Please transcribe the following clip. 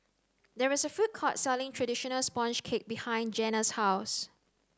there is a food court selling traditional sponge cake behind Janna's house